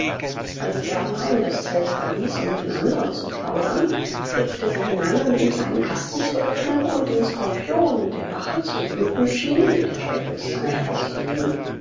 als erbenheim das zelt verließ um mit den andren zu plaudern schlüpfte sie hinein um den kleinen kasten zu öffnen und den skorpion der rache zu brüten schien mit der sperrholzzange herauszunehmen